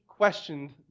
questioned